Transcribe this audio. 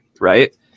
right